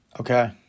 Okay